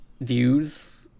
Views